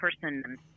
person